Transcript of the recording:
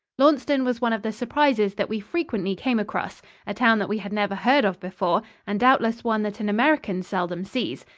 launceston was one of the surprises that we frequently came across a town that we had never heard of before and doubtless one that an american seldom sees.